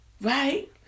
Right